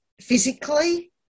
physically